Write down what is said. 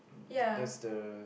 ya